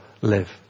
live